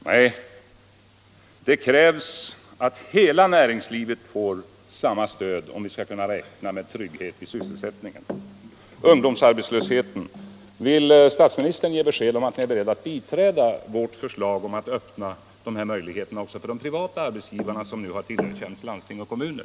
Nej, det krävs att hela näringslivet får samma stöd, om vi skall kunna räkna med trygg het i sysselsättningen. När det gäller ungdomsarbetslösheten frågar jag: Vill statsministern lämna besked om att regeringen är beredd att biträda vårt förslag om att ge de privata arbetsgivarna samma möjlighet som nu har tillerkänts landsting och kommuner?